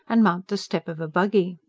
and mount the step of a buggy.